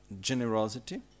generosity